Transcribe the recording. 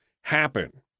happen